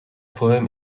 poem